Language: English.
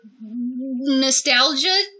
nostalgia